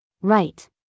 Right